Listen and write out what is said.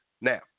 Now